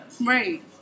right